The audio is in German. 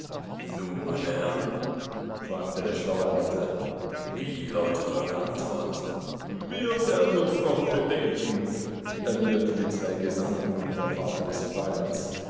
nun meine herren fragte der schlaue alte wie lautet eure antwort wir werden uns noch bedenken erwiderten die zwei gesandten und der vater des fräuleins